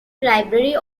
library